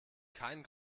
kein